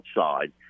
outside